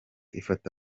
ifata